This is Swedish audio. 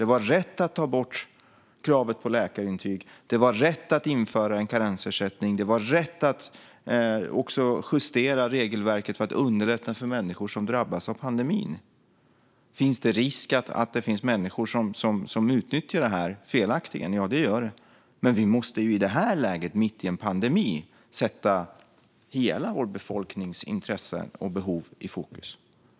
Det var rätt att ta bort kravet på läkarintyg. Det var rätt att införa en karensersättning. Det var rätt att också justera regelverket för att underlätta för människor som drabbas av pandemin. Finns det risk att det finns människor som utnyttjar detta felaktigt? Ja, det gör det. Men vi måste i detta läge, mitt i en pandemi, sätta hela vår befolknings intressen och behov i fokus.